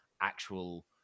actual